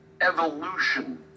evolution